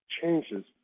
changes